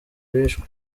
bishwe